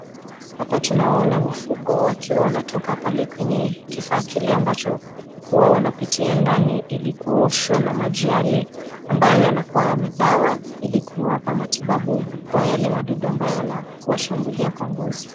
Hapa tunaona mifugo wakiwa wanatoka pale kwenye kifaa kile ambacho huwa wanapitia ndani ili kuoshwa na maji yale ambayo yanakuwa na dawa ili kuwapa matibabu kwa yale wadudu ambayo yanawashambulia kwa ngozi.